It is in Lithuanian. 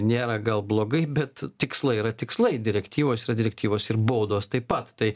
nėra gal blogai bet tikslai yra tikslai direktyvos yra direktyvos ir baudos taip pat tai